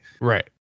right